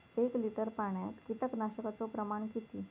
एक लिटर पाणयात कीटकनाशकाचो प्रमाण किती?